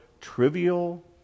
trivial